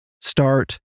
start